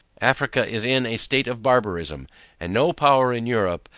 africa is in a state of barbarism and no power in europe,